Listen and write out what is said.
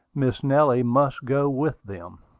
miss nellie must go with them.